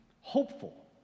hopeful